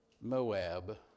Moab